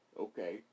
Okay